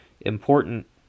important